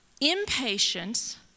impatience